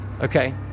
okay